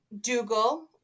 Dougal